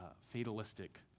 fatalistic